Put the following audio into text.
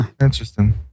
Interesting